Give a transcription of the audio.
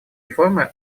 реформы